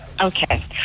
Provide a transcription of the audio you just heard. Okay